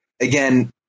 again